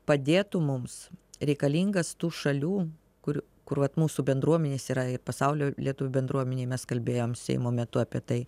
padėtų mums reikalingas tų šalių kur kur vat mūsų bendruomenės yra pasaulio lietuvių bendruomenėj mes kalbėjom seimo metu apie tai